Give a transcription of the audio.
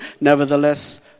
Nevertheless